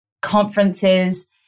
conferences